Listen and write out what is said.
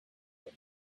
what